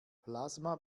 plasma